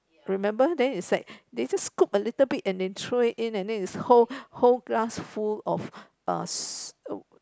remember then is like they just scoop a little bit and then throw it in and then whole whole glass full of uh